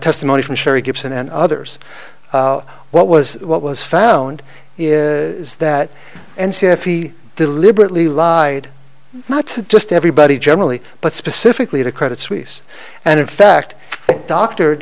testimony from cherie gibson and others what was what was found is that and see if he deliberately lied not just everybody generally but specifically to credit suisse and in fact doctor